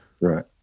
right